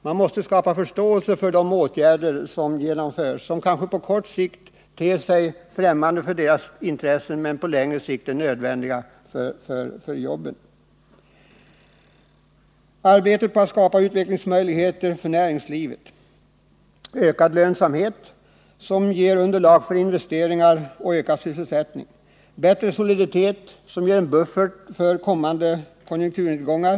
Man måste skapa förståelse för de åtgärder som kanske på kort sikt ter sig främmande för löntagarnas intressen men på längre sikt är nödvändiga för jobben. Arbetet på att skapa utvecklingsmöjligheter för näringslivet, en ökad lönsamhet som ger underlag för investeringar och förbättrad sysselsättning måste fortsätta. Det krävs också en större soliditet i företagen som ger en buffert inför konjunkturnedgångar.